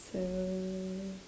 so